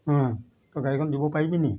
তই গাড়ীখন দিব পাৰিবি নি